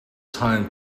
time